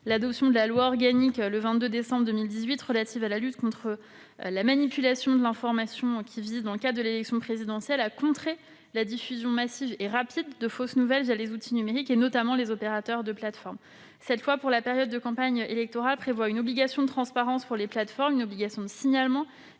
l'adoption de la loi organique du 22 décembre 2018 relative à la lutte contre la manipulation de l'information. Ce texte vise, dans le cadre de l'élection présidentielle, à contrer la diffusion massive et rapide de fausses nouvelles les outils numériques, notamment les opérateurs de plateforme. Il prévoit, pour la période de campagne électorale, une obligation de transparence des plateformes, une obligation de signalement